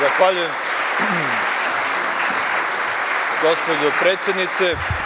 Zahvaljujem gospođo predsednice.